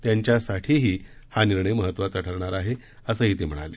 त्यांच्यासाठीही हा निर्णय महत्वाचा ठरणार आहे असंही ते म्हणाले